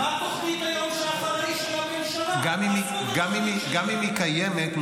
מה תוכנית היום שאחרי של הממשלה --- גם אם היא קיימת,